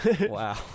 Wow